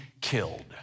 killed